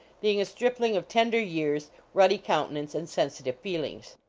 being a stripling of tender years, ruddy countenance, and sensitive feel ings.